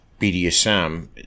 bdsm